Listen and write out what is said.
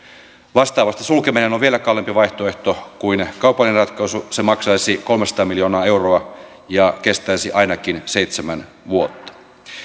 vastaavasti sulkeminen on vielä kalliimpi vaihtoehto kuin kaupallinen ratkaisu se maksaisi kolmesataa miljoonaa euroa ja kestäisi ainakin seitsemän vuotta